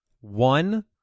one